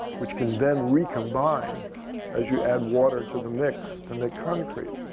which can then recombine as you add water to the mix to make concrete.